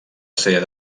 ser